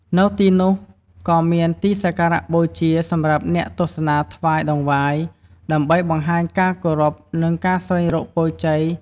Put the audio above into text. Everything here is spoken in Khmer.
នៅទីនោះក៏មានទីសក្ការៈបូជាសម្រាប់អ្នកទស្សនាថ្វាយតង្វាយ ដើម្បីបង្ហាញការគោរព និងស្វែងរកពរជ័យ។